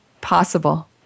possible